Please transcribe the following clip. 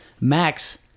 Max